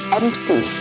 empty